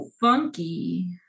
funky